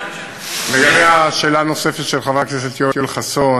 לגבי השאלה הנוספת של חבר הכנסת יואל חסון,